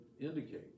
indicate